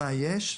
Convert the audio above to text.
מה יש.